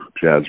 jazz